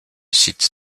site